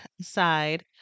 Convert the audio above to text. side